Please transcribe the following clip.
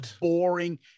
boring